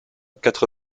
quatre